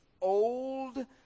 old